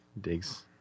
digs